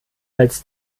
als